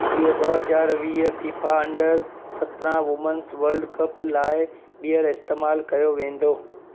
इहो ॿ हज़ार वीह फीफा अंडर सत्रहं वुमेंस वर्ल्ड कप लाइ ॿीहर इस्तेमाल कयो वेंदो